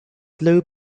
blue